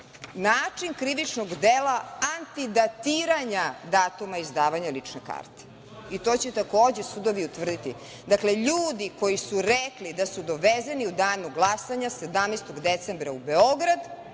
način krivičnog dela antidatiranja datuma izdavanja lične karte. To će takođe sudovi utvrditi. Dakle, ljudi koji su rekli da su dovezeni u danu glasanja 17. decembra u Beograd,